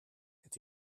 het